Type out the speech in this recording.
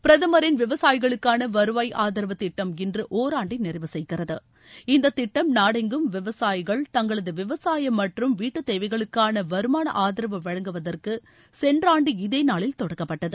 பிரதமரின் விவசாயிகளுக்கான வருவாய் ஆதரவு திட்டம் இன்று ஒராண்டை நிறைவு செய்கிறது இந்த திட்டம் நாடெங்கும் விவசாயிகள் தங்களது விவசாயம் மற்றும் வீட்டு தேவைகளுக்கான வருமான ஆதரவு வழங்குவதற்கு சென்ற ஆண்டு இதே நாளில் தொடங்கப்பட்டது